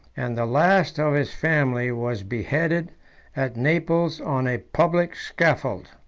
and the last of his family was beheaded at naples on a public scaffold.